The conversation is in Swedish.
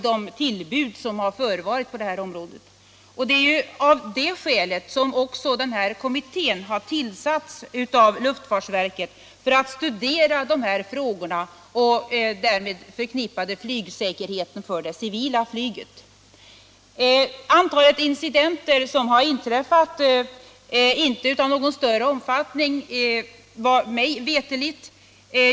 De tillbud som förevarit på det här området är mycket allvarliga, och det är av det skälet som nämnda kommitté har tillsatts av luftfartsverket för att studera de här frågorna och den därmed förknippade flygsäkerheten för det civila flyget. Antalet incidenter som har inträffat är inte av någon större omfattning, mig veterligt.